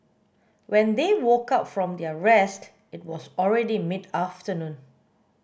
when they woke up from their rest it was already mid afternoon